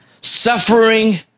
suffering